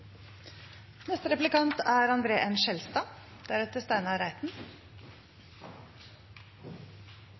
Neste taler er Steinar Reiten.